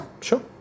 Sure